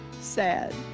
sad